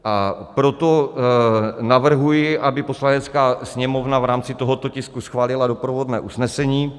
A proto navrhuji, aby Poslanecká sněmovna v rámci tohoto tisku schválila doprovodné usnesení.